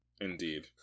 Indeed